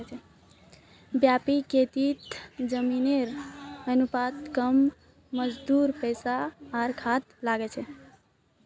व्यापक खेतीत जमीनेर अनुपात कम मजदूर पैसा आर खाद लाग छेक